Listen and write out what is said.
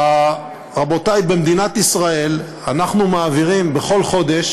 רבותי, במדינת ישראל אנחנו מעבירים בכל חודש